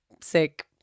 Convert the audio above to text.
sick